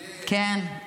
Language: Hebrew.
כן.